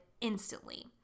instantly